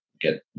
get